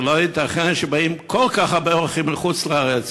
לא ייתכן שבאים כל כך הרבה אורחים מחוץ-לארץ,